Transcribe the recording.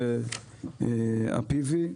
ה-PV.